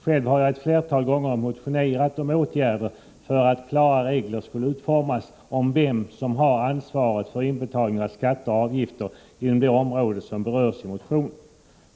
Själv har jag ett flertal gånger motionerat om åtgärder för att klara regler skulle utformas om vem som har ansvaret för inbetalning av skatter och avgifter inom det område som berörs i motionen.